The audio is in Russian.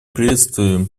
приветствуем